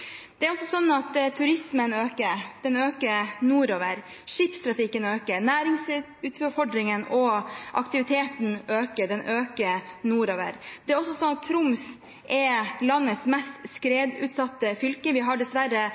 Turismen øker, den øker nordover. Skipstrafikken øker, næringsutfordringene og aktiviteten øker, den øker nordover. Troms er landets mest skredutsatte fylke, vi har dessverre